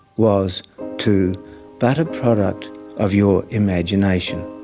was too but a product of your imagination.